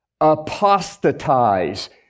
apostatize